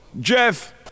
Jeff